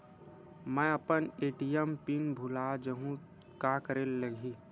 मैं अपन ATM pin भुला जहु का करे ला लगही?